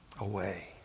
away